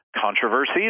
controversies